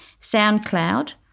SoundCloud